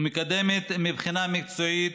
ומקדמת מבחינה מקצועית.